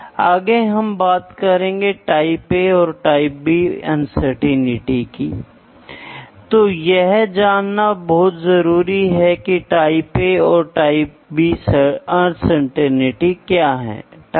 तो यहां से दो अनुवाद होंगे इसलिए प्राइमरी अर्थ सीधे आप डेटा लेते हैं सेकेंड्री मतलब एक अनुवाद टर्नेरी का अर्थ है माप प्राप्त करने के लिए आप दो अनुवाद करते हैं